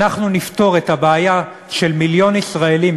אנחנו נפתור את הבעיה של מיליון ישראלים,